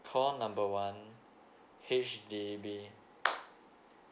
call number one H_D_B